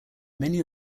many